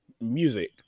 music